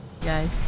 Guys